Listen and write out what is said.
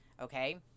Okay